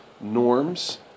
norms